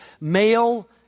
male